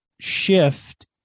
shift